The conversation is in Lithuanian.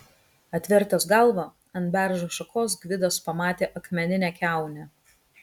atvertęs galvą ant beržo šakos gvidas pamatė akmeninę kiaunę